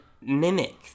mimic